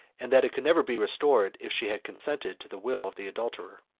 and that it could never be restored if she had consented to the will of the adulterer.